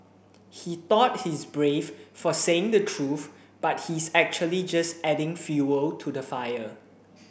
he thought he's brave for saying the truth but he's actually just adding fuel to the fire